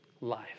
life